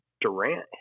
Durant